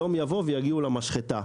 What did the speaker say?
יום יבוא והם יגיעו למשחטה.